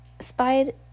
Spied